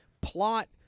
Plot